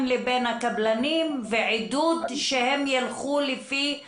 לבין הקבלנים ועידוד שהם ילכו לפי הנהלים.